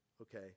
Okay